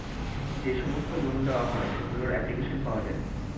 যে সমস্ত লোন দেওয়া হয় সেগুলোর অ্যাপ্লিকেশন পাওয়া যায়